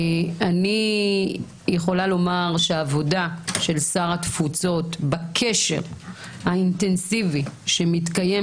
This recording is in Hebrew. אני יכולה לומר שהעבודה של שר התפוצות בקשר האינטנסיבי שמתקיים